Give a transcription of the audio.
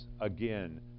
again